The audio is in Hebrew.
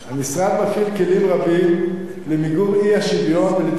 המשרד מפעיל כלים רבים למיגור האי-שוויון ולטיפול